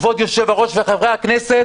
כבוד היושב-ראש וחברי הכנסת,